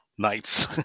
nights